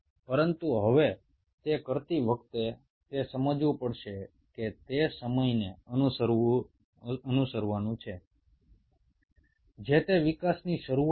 কিন্তু এই কাজ করবার সময় এদেরকে সময়সীমা অনুসরণ করে চলতে হয়